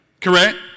correct